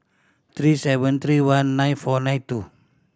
three seven three one nine four nine two